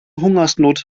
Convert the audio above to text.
hungersnot